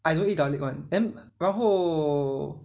I don't eat garlic [one] then 然后